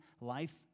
life